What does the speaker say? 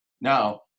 now